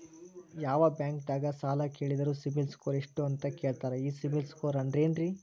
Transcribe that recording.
ಯಾವ ಬ್ಯಾಂಕ್ ದಾಗ ಸಾಲ ಕೇಳಿದರು ಸಿಬಿಲ್ ಸ್ಕೋರ್ ಎಷ್ಟು ಅಂತ ಕೇಳತಾರ, ಈ ಸಿಬಿಲ್ ಸ್ಕೋರ್ ಅಂದ್ರೆ ಏನ್ರಿ?